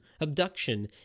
abduction